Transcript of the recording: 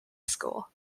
school